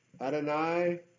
Adonai